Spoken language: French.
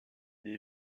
des